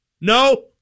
No